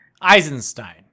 Eisenstein